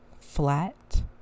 flat